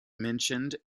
mentioned